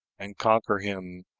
and conquer him,